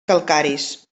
calcaris